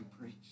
preach